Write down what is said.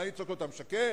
מה לצעוק לו, "אתה משקר"?